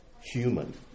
human